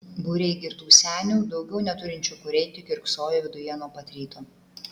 būriai girtų senių daugiau neturinčių kur eiti kiurksojo viduje nuo pat ryto